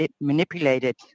manipulated